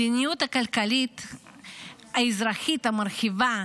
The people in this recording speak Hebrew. המדיניות הכלכלית-אזרחית המרחיבה,